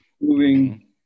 moving